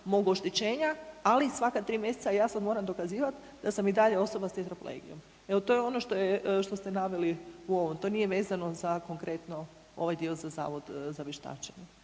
mog oštećenja, ali i svaka 3 mjeseca ja sad moram dokazivati da sam i dalje osoba s tetraplegijom, evo to je ono što je, što ste naveli u ovom, to nije vezano za konkretno za ovaj dio za zavod za vještačenje,